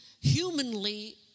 humanly